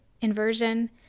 inversion